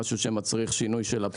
בהמשך לישיבה הקודמת של הוועדה,